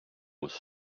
was